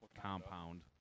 compound